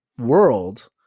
world